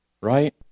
right